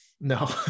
No